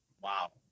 Wow